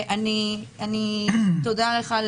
ותודה לך,